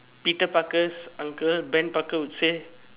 Peter-Parker's uncle Ben-Parker would say